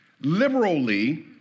Liberally